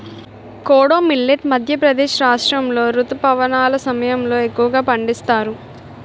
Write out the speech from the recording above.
kodo millet Madhya Pradesh రాష్ట్రాములో రుతుపవనాల సమయంలో ఎక్కువగా పండిస్తారు